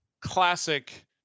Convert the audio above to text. classic